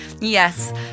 Yes